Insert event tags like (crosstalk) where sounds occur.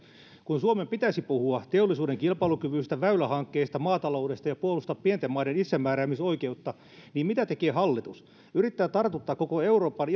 kun suomen pitäisi puhua teollisuuden kilpailukyvystä väylähankkeista maataloudesta ja puolustaa pienten maiden itsemääräämisoikeutta niin mitä tekee hallitus yrittää tartuttaa koko eurooppaan (unintelligible)